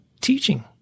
teaching